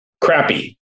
Crappy